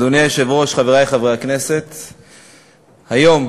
אדוני היושב-ראש, חברי חברי הכנסת, היום,